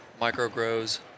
micro-grows